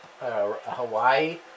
Hawaii